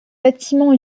bâtiment